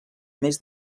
més